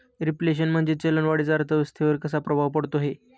Reflation म्हणजे चलन वाढीचा अर्थव्यवस्थेवर कसा प्रभाव पडतो है?